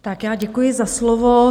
Tak já děkuji za slovo.